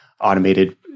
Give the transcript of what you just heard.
automated